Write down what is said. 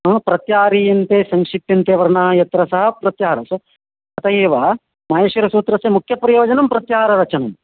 हा प्रत्याह्रियन्ते संक्षिप्यन्ते वर्णाः यत्र सः प्रत्याहारः सः अतः एव माहेश्वरसूत्रस्य मुख्यप्रयोजनं प्रत्याहाररचनं